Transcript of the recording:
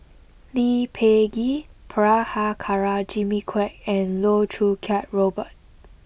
Lee Peh Gee Prabhakara Jimmy Quek and Loh Choo Kiat Robert